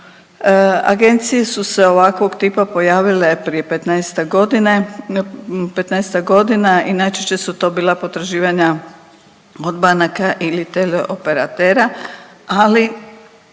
Agencije su se ovakvog tipa pojavile prije 15-ak godina i najčešće su to bila potraživanja od banaka ili teleoperatera, ali